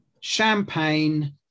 Champagne